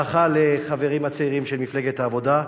ברכה לחברים הצעירים של מפלגת העבודה,